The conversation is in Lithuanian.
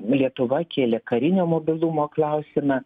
lietuva kėlė karinio mobilumo klausimą